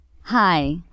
Hi